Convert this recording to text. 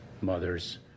mothers